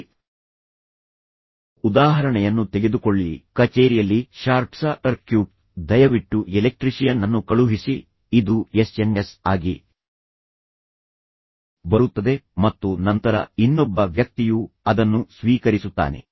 ಈ ಉದಾಹರಣೆಯನ್ನು ತೆಗೆದುಕೊಳ್ಳಿ ಕಚೇರಿಯಲ್ಲಿ ಶಾರ್ಟ್ಸ ರ್ಕ್ಯೂಟ್ ದಯವಿಟ್ಟು ಎಲೆಕ್ಟ್ರಿಷಿಯನ್ ಅನ್ನು ಕಳುಹಿಸಿ ಇದು ಎಸ್ಎಂಎಸ್ ಆಗಿ ಬರುತ್ತದೆ ಮತ್ತು ನಂತರ ಇನ್ನೊಬ್ಬ ವ್ಯಕ್ತಿಯು ಅದನ್ನು ಸ್ವೀಕರಿಸುತ್ತಾನೆ